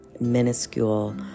minuscule